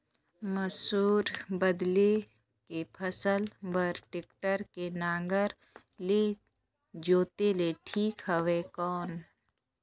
मसूर बदले के फसल बार टेक्टर के नागर ले जोते ले ठीक हवय कौन?